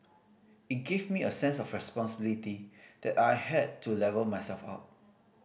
it gave me a sense of responsibility that I had to level myself up